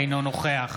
אינו נוכח